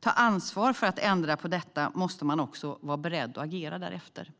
ta ansvar för att ändra på detta måste man också vara beredd att agera därefter.